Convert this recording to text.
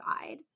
side